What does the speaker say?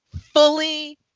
fully